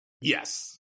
yes